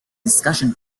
discussion